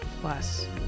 plus